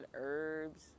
herbs